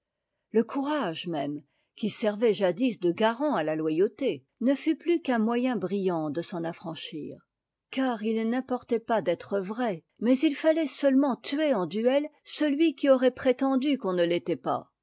le courage même qui servait jadis de garant à la oyauté ne fut plus qu'un moyen brillant de s'en affranchir car i n'importait pas d'être vrai mais il fallait seulement tuer en duel celui qui aurait prétendu qu'on ne l'était pas